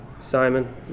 Simon